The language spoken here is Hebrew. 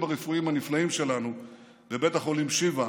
הרפואיים הנפלאים שלנו בבית החולים שיבא,